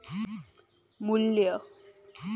मू्ल्य